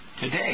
today